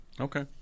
Okay